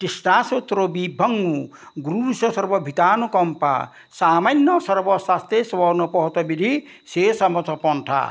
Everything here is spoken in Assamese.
তিষ্ণাসূত্ৰ বিবংনো গুৰুশ সৰ্বিতা ভিতানুকম্পা সামান্য সৰ্বসাস্তে স্বনপঃত বিধি শেষামত পন্থা